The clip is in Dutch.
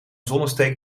zonnesteek